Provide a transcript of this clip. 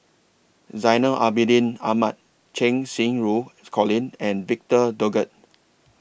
Zainal Abidin Ahmad Cheng Xinru Colin and Victor Doggett